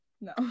no